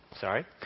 Sorry